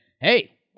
hey